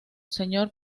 señor